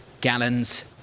gallons